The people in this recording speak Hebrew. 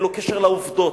אין לו קשר לעובדות.